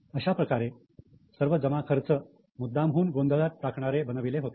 अशाप्रकारे सर्व जमाखर्च मुद्दामून गोंधळात टाकणारे बनविले होते